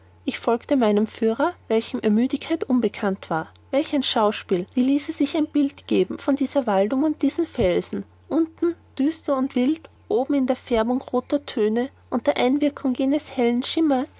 ich folgte meinem führer welchem ermüdung unbekannt war welch ein schauspiel wie ließe sich ein bild geben von dieser waldung und diesen felsen unten düster und wild oben in der färbung rother töne durch einwirkung jenes hellen schimmers